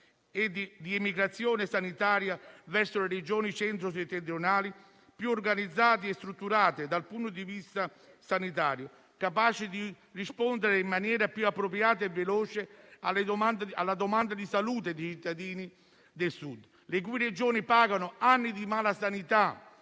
e di emigrazione sanitaria verso le Regioni centro-settentrionali, più organizzate e strutturate dal punto di vista sanitario, capaci di rispondere in maniera più appropriata e veloce alla domanda di salute di cittadini del Sud, le cui Regioni pagano anni di malasanità,